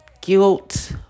guilt